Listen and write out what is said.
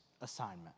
assignment